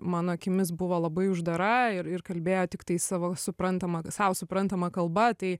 mano akimis buvo labai uždara ir ir kalbėjo tiktai savo suprantama sau suprantama kalba tai